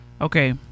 Okay